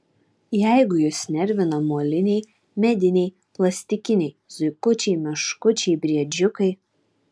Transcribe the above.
jeigu jus nervina moliniai mediniai plastikiniai zuikučiai meškučiai briedžiukai